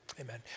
amen